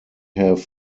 have